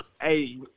hey